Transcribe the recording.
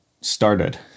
started